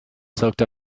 soaked